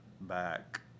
back